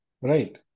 Right